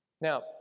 Now